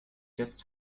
jetzt